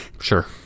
Sure